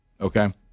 Okay